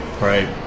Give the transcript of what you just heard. Right